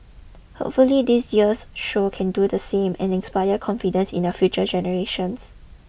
hopefully this year's show can do the same and inspire confidence in our future generations